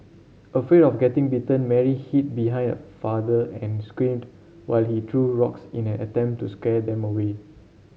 afraid of getting bitten Mary hid behind her father and screamed while he threw rocks in an attempt to scare them away